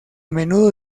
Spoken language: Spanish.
menudo